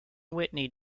whitney